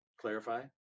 clarify